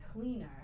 cleaner